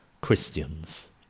Christians